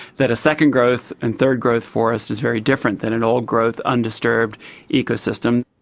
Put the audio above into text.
that a second growth and third growth forest is very different than an old growth, undisturbed ecosystem.